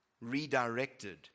Redirected